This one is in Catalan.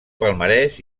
palmarès